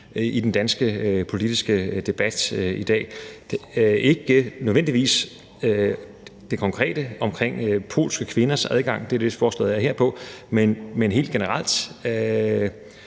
i den danske politiske debat i dag. Det er ikke nødvendigvis det konkrete omkring polske kvinders adgang til det – det er det, forslaget her handler om – men helt generelt